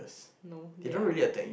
no they're